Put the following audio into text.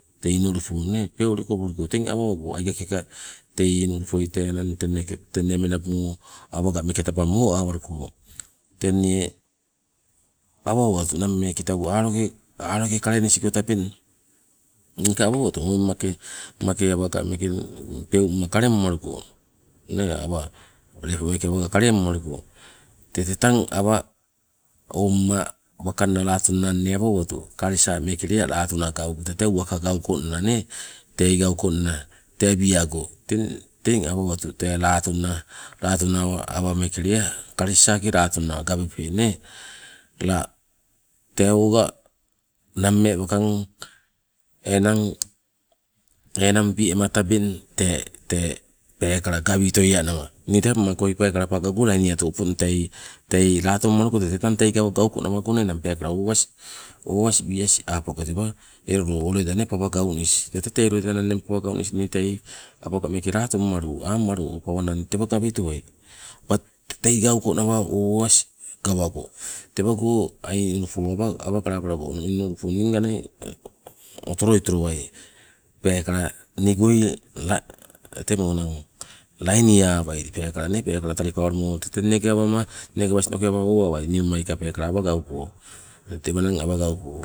Tei inulupo nee tei ulikongpo teng awa owepe aigakeka tei eng upoitoieng tee meeke tenne menabumo awaga meeke taba mo awaluko, teng inne awa owatu nammee kitau aloke, aloke kalenisigo tabeng. Inne ka awa owatu ni oi ummake awaga, awaga meeke peungma kalengmaluko nee awa lepo meeke awaga kalengmaluko, tee tang awa omma wakanna latona inne awa owatu kalesa meeke lea latona gawu, tete uwaka gaukonna nee, tei gaukonna tee wi'ago teng tee awa owatu tee latona, latona awa meeke lea kalesa latona gawepe nee, la tee oga nammee wakang enang, enang wi'ema tabeng tee- tee peekala gawitoie nawa. Nii tee umma koi peekala pagago lainiatu opong tei, tei latommaluko tete tang tei gauko nawago peekala owas, owas wi'as apago tewa. Elo loo o loida nee pawa gaunis, tete tei loida nanne pawa gaunis nii tei awaga meeke latong malu, ammalu o pawa nawii tewa gawei towai, but ei gaukonawa o owas gawago tewago ai inulupo awa kalapalago inulupo ning ga nai otoloi tolowai, peekala nigoi la- temo enang lainiawai peekala nee peekala talipawalumo tete inne gawama inne gawastoko awa owawai niumai ka peekala awa gauko, tewananeng awa gauko.